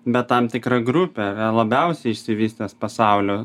bet tam tikra grupė labiausiai išsivystęs pasaulio